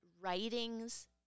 writings